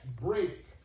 break